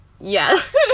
yes